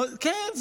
כן.